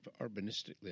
urbanistically